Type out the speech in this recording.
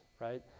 right